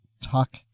talk